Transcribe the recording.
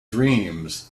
dreams